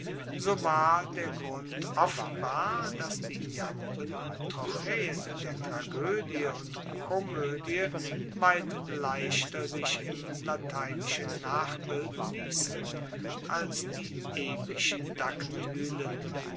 so war der grund offenbar dass die jamben und trochaeen der tragoedie und komoedie weit leichter sich im lateinischen nachbilden liessen als die epischen